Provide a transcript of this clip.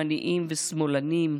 הוא לא של ימנים ושמאלנים,